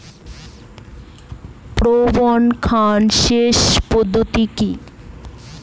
প্লাবন খাল সেচ পদ্ধতি কি?